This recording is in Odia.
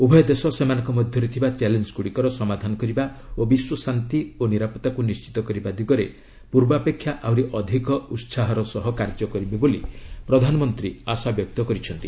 ଉଭୟ ଦେଶ ସେମାନଙ୍କ ମଧ୍ୟରେ ଥିବା ଚ୍ୟାଲେଞ୍ଜଗୁଡ଼ିକର ସମାଧାନ କରିବା ଓ ବିଶ୍ୱଶାନ୍ତି ଓ ନିରାପତ୍ତାକୁ ନିଷ୍ଠିତ କରିବା ଦିଗରେ ପୂର୍ବାପେକ୍ଷା ଆହୁରି ଅଧିକ ଉତ୍ପାହର ସହ କାର୍ଯ୍ୟ କରିବେ ବୋଲି ପ୍ରଧାନମନ୍ତ୍ରୀ ଆଶାବ୍ୟକ୍ତ କରିଛନ୍ତି